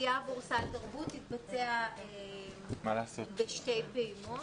הגבייה עבור סל תרבות תתבצע בשתי פעימות.